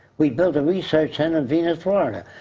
we built a research in and venus, florida,